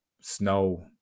snow